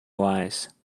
wise